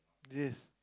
this